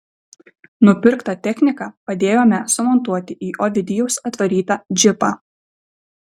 nupirktą techniką padėjome sumontuoti į ovidijaus atvarytą džipą